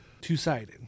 Two-sided